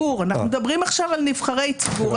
מדברים עכשיו על נבחרי ציבור.